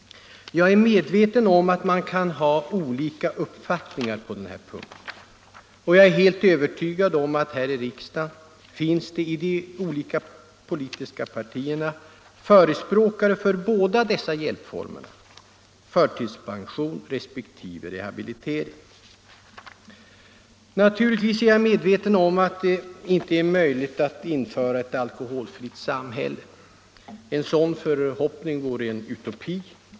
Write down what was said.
Jag är medveten om att man kan ha olika uppfattningar på den här punkten, och jag är helt övertygad om att här i riksdagen finns det i de olika partierna förespråkare för båda dessa hjälpformer — förtidspension respektive rehabilitering. Naturligtvis är jag införstådd med att det inte är möjligt att införa ett alkoholfritt samhälle. En sådan förhoppning vore en utopi.